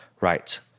right